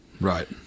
Right